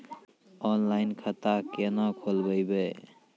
Online खाता केना खोलभैबै?